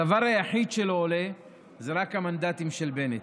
הדבר היחיד שלא עולה זה רק המנדטים של בנט.